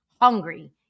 hungry